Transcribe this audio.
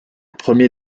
premier